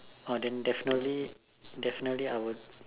oh then definitely I would